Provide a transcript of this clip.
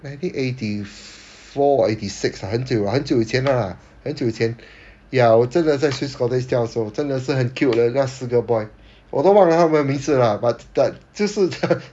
nineteen eighty four or eighty six ah 很久 lah 很久以前 lah 很久以前 ya 我真的在 swiss cottage 教的时候真的是很 cute 的那四个 boy although 忘了他们名字 lah but that 就是